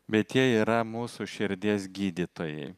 bet jie yra mūsų širdies gydytojai